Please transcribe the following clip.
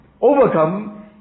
overcome